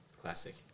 Classic